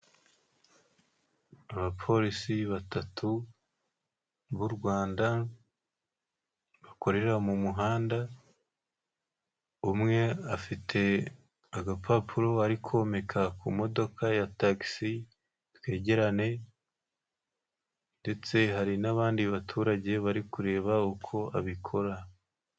Abapolisi batatu b'u Rwanda bakorera mu muhanda umwe ,afite agapapuro bari komeka ku modoka ya tagisi twegerane, ndetse hari n'abandi baturage bari kureba uko abikora.